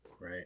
right